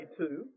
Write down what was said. two